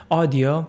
audio